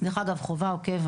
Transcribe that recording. בחובה או בקבע